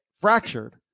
fractured